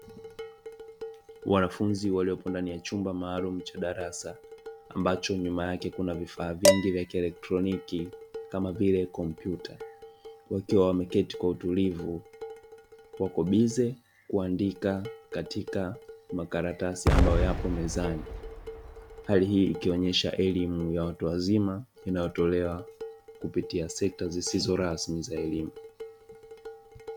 Wanafunzi waliopo ndani ya chumba maalumu cha darasa ambacho nyuma yake kuna vifaa vingi vya kielektroniki kama vile kompyuta, wakiwa wameketi kwa utulivu, wako bize kuandika katika makaratasi ambayo yapo mezani hali hii ikionyesha elimu ya watu wazima inayotolewa kupitia sekta zisizo rasmi za elimu.